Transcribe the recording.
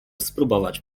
spróbować